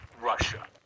Russia